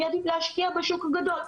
אני אעדיף להשקיע בשוק הגדול.